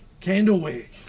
Candlewick